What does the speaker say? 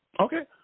Okay